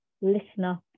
listener